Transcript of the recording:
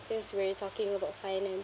since we're talking about finance